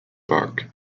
bark